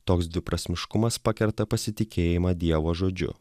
toks dviprasmiškumas pakerta pasitikėjimą dievo žodžiu